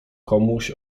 komuś